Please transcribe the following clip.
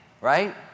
Right